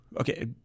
Okay